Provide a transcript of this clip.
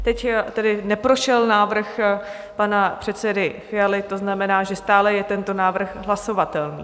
Teď tedy neprošel návrh pana předsedy Fialy, to znamená, že stále je tento návrh hlasovatelný.